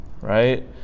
right